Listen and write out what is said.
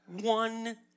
One